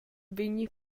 vegni